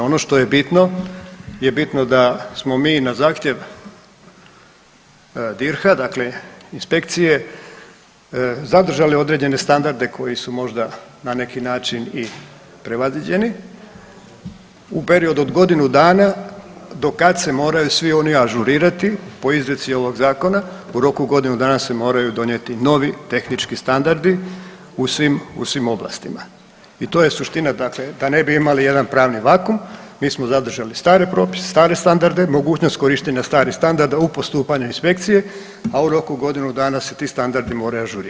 Ono što je bitno je bitno da smo mi na zahtjev DIRH-a dakle inspekcije zadržali određene standarde koji su na neki način i prevaziđeni u periodu od godinu dana do kad se moraju svi oni ažurirati po izreci ovog Zakona, u roku godinu dana se moraju donijeti novi tehnički standardi u svim oblastima i to je suština dakle da ne bi imali jedan pravni vakum, mi smo zadržali stare propise, stare standarde, mogućnost korištenja starih standarda u postupanju inspekcije a u roku godinu dana se ti standardi moraju ažurirati.